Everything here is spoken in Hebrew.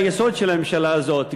בקווי היסוד של הממשלה הזאת,